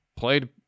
Played